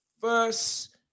first